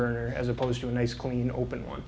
burner as opposed to a nice clean open